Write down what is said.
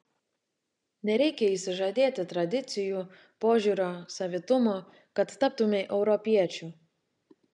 nereikia išsižadėti tradicijų požiūrio savitumo kad taptumei europiečiu